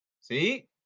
See